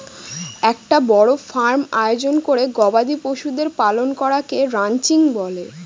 একটা বড় ফার্ম আয়োজন করে গবাদি পশুদের পালন করাকে রানচিং বলে